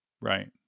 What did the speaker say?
Right